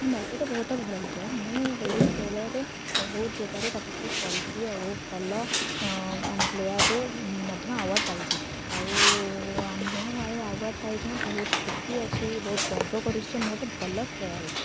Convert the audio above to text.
ମୋତେ ତ ବହୁତ ଭଲ ଲାଗେ ମୁଁ ଏହି ଖେଳରେ ବହୁତ ଜାଗାରେ ପାର୍ଟିସିପେଟ କରିଛି ଆଉ ଭଲ ପ୍ଲେୟାର୍ରେ ମଧ୍ୟ ଆୱାର୍ଡ଼ ପାଇଛି ଆଉ ମୁଁ ଏଇ ଆୱାର୍ଡ଼ ପାଇକିନା ବହୁତ ଖୁସି ଅଛି ବହୁତ ଗର୍ବ କରୁଛି ମୁଁ ଗୋଟେ ଭଲ ଖେଳାଳି